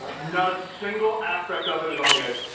not a single aspect of it is on the ice,